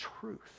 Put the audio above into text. truth